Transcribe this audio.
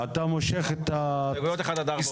אתה מושך את ההסתייגויות האחרות.